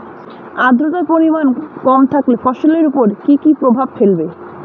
আদ্রর্তার পরিমান কম থাকলে ফসলের উপর কি কি প্রভাব ফেলবে?